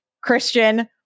Christian